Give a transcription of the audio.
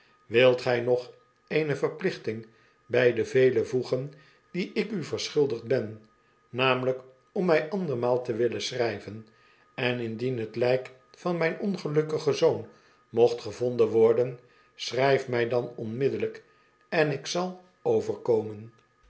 wilt gij nog eene verplichting bij de velen voegen die ik u verschuldigd ben namelijk om mij andermaal te willen schrijven en indien t lijk van mijn ongelukkigen zoon mocht gevonden worden schryf mij dan onmiddellijk en ik zal overkomen